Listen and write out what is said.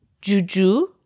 juju